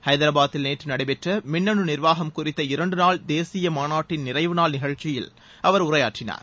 ஐதராபாத்தில் நேற்று நடைபெற்ற மின்னனு நிர்வாகம் குறித்த இரண்டு நாள் தேசிய மாநாட்டின் நிறைவு நாள் நிகழ்ச்சியில் அவர் உரையாற்றினார்